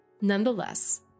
nonetheless